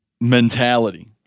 mentality